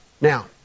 Now